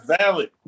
valid